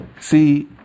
see